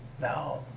now